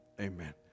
amen